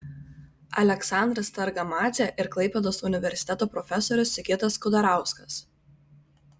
aleksandras targamadzė ir klaipėdos universiteto profesorius sigitas kudarauskas